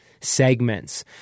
segments